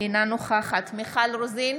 אינה נוכחת מיכל רוזין,